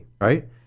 right